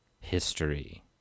history